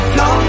no